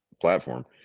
platform